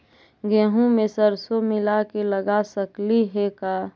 गेहूं मे सरसों मिला के लगा सकली हे का?